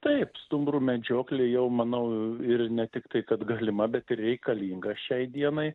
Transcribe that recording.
taip stumbrų medžioklė jau manau ir ne tik tai kad galima bet ir reikalinga šiai dienai